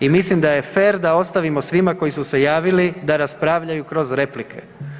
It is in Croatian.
I mislim da je fer da ostavimo svima koji su se javili da raspravljaju kroz replike.